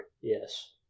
yes